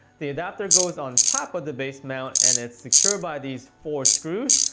the adapter goes on top of the base mount, and it's secured by these four screws.